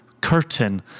curtain